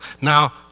Now